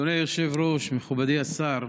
אדוני היושב-ראש, מכובדי השר,